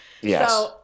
Yes